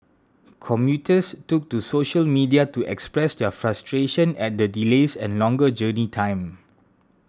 commuters took to social media to express their frustration at the delays and longer journey time